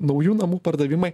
naujų namų pardavimai